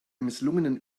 misslungenen